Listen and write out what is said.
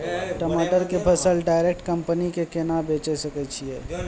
टमाटर के फसल डायरेक्ट कंपनी के केना बेचे सकय छियै?